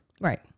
Right